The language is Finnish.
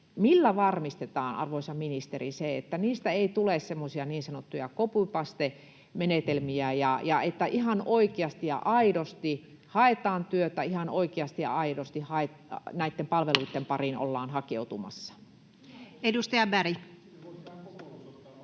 millä varmistetaan, arvoisa ministeri, se, että niistä ei tule semmoisia niin sanottuja copy-paste-menetelmiä ja että ihan oikeasti ja aidosti haetaan työtä, ihan oikeasti ja aidosti näitten palveluit- ten pariin